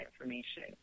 information